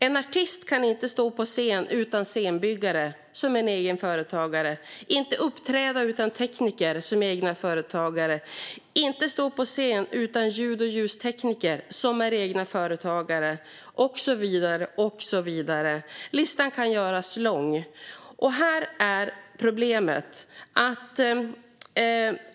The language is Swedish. En artist kan inte stå på scen utan scenbyggare, som är egna företagare, inte uppträda utan tekniker, som är egna företagare, inte stå på scen utan ljud och ljustekniker, som är egna företagare, och så vidare. Listan kan göras lång. Häri ligger problemet.